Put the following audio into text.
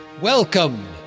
Welcome